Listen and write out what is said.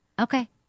Okay